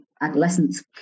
adolescents